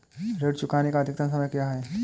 ऋण चुकाने का अधिकतम समय क्या है?